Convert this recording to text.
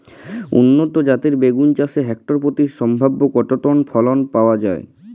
উন্নত জাতের বেগুন চাষে হেক্টর প্রতি সম্ভাব্য কত টন ফলন পাওয়া যায়?